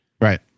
Right